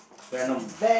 Venom